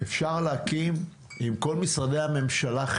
אפשר להקים עם כל משרדי הממשלה,